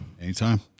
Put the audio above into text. Anytime